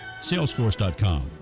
salesforce.com